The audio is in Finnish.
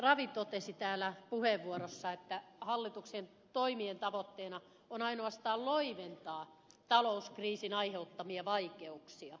ravi totesi täällä puheenvuorossaan että hallituksen toimien tavoitteena on ainoastaan loiventaa talouskriisin aiheuttamia vaikeuksia